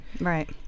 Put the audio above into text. right